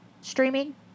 streaming